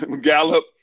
Gallup